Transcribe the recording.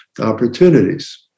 opportunities